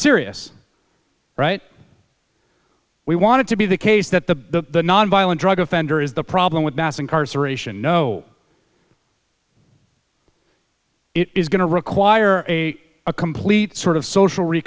serious right we want to be the case that the nonviolent drug offender is the problem with mass incarceration no it is going to require a a complete sort of social re